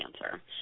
cancer